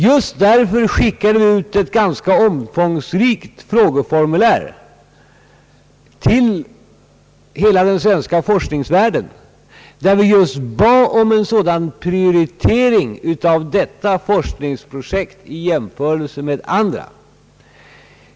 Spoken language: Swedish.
Just därför skickade vi ut ett ganska omfångsrikt frågeformulär till hela den svenska forskningsvärlden, i vilket vi bad om en prioritering beträffande detta forskningsprojekt i jämförelse med andra.